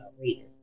readers